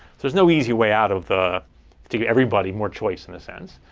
there's no easy way out of the to give everybody more choice, in a sense.